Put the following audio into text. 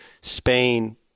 Spain